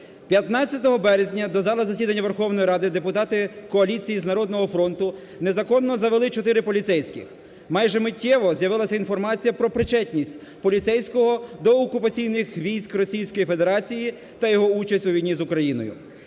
15 березня до зали засідань Верховної Ради депутати коаліції з "Народного фронту" незаконно завели чотири поліцейських. Майже миттєво з'явилася інформація про причетність поліцейського до окупаційних військ Російської Федерації та його участь у війні з Україною.